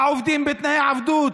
שהעובדים בתנאי עבדות,